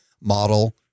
model